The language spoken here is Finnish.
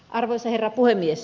arvoisa herra puhemies